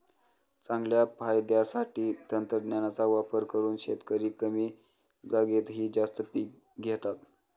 चांगल्या फायद्यासाठी तंत्रज्ञानाचा वापर करून शेतकरी कमी जागेतही जास्त पिके घेतात